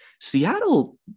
Seattle